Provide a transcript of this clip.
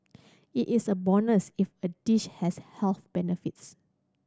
it is a bonus if a dish has health benefits